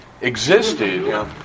existed